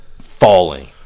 falling